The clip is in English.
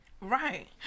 Right